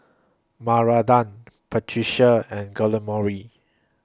Maranda and Guillermo